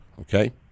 Okay